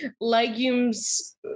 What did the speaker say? legumes